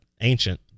ancient